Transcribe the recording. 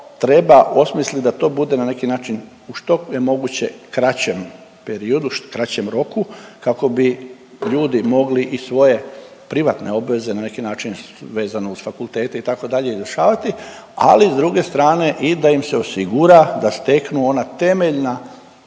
treba osmislit da to bude na neki način u što je moguće kraćem periodu, kraćem roku kako bi ljudi mogli i svoje privatne obveze na neki način, vezano uz fakultete itd. rješavati ali s druge strane i da im se osigura da steknu ona temeljna